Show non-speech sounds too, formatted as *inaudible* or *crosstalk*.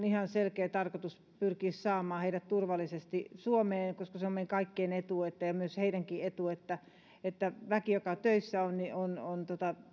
*unintelligible* ihan selkeä tarkoitus pyrkiä saamaan nämä kausityöntekijät turvallisesti suomeen koska se on meidän kaikkien etu ja myöskin heidän etu että että väki joka töissä on on